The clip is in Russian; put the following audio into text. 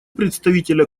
представителя